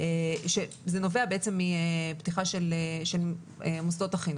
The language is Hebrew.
זה נובע מפתיחה של מוסדות החינוך.